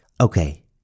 Okay